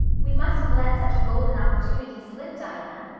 we mustn't let such a golden opportunity slip, diana.